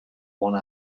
one